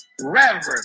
reverend